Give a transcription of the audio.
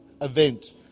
event